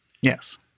Yes